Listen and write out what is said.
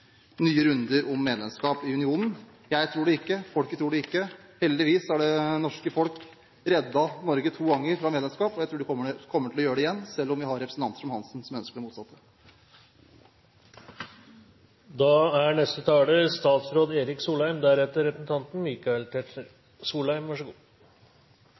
nye runder om medlemskap i unionen. Jeg tror det ikke. Folket tror det ikke. Heldigvis har det norske folk reddet Norge to ganger fra medlemskap, og jeg tror de kommer til å gjøre det igjen, selv om vi har representanter som Hansen, som ønsker det motsatte.